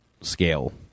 scale